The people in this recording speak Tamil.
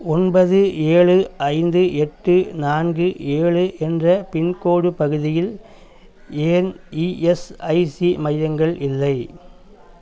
ஒன்பது ஏழு ஐந்து எட்டு நான்கு ஏழு என்ற பின்கோடு பகுதியில் ஏன் இஎஸ்ஐசி மையங்கள் இல்லை